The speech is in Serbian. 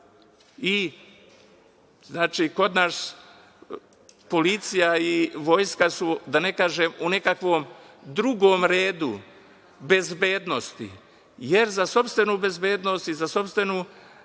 Znači, kod nas policija i vojska su, da ne kažem, u nekakvom drugom redu bezbednosti, jer za sopstvenu bezbednost i za bezbednost